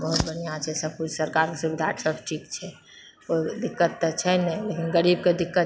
बहुत बढ़िआँ छै सब किछु सरकार कऽ सुविधा सब ठीक छै कोइ दिक्कत तऽ छै नहि लेकिन गरीबके दिक्कत